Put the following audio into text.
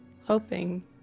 hoping